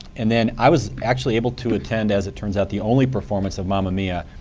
and then, i was actually able to attend, as it turns out, the only performance of mamma mia!